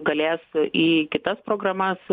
galės į kitas programas